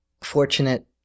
fortunate